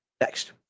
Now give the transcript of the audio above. Next